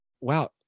wow